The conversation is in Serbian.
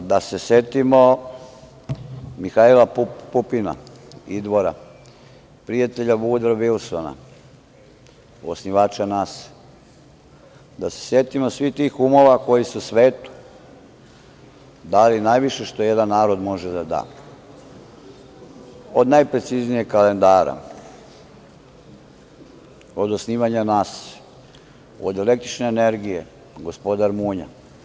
Hajde da se setimo Mihajla Pupina, Idvora, prijatelja Vudra Vilsona, osnivača NASA, da se setimo svih tih umova koji su svetu dali najviše što jedan narod može da da, od najpreciznijeg kalendara, od osnivanja NASA, od električne energije, gospodar munja.